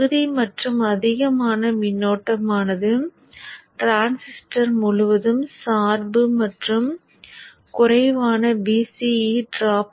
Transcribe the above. பகுதி மற்றும் அதிகமான மின்னோட்டமானது டிரான்சிஸ்டர் முழுவதும் சார்பு மற்றும் குறைவான Vce டிராப்